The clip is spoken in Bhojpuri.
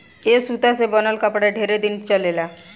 ए सूता से बनल कपड़ा ढेरे दिन चलेला